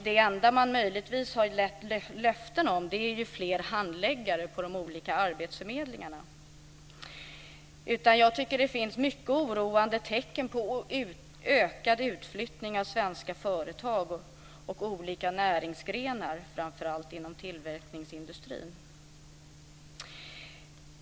Det enda som man möjligtvis har gett löften om är ju fler handläggare på de olika arbetsförmedlingarna. Jag tycker att det finns mycket oroande tecken på en ökad utflyttning av svenska företag och olika näringsgrenar, framför allt inom tillverkningsindustrin.